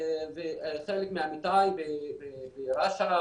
חלק מעמיתיי ברש"א,